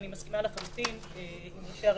אני מסכימה לחלוטין עם ראשי הרשויות,